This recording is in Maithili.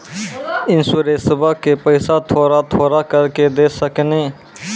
इंश्योरेंसबा के पैसा थोड़ा थोड़ा करके दे सकेनी?